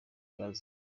plaza